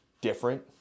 different